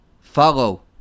follow